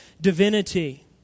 divinity